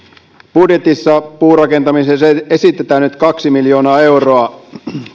budjetissa puurakentamiseen esitetään nyt kaksi miljoonaa euroa